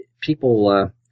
people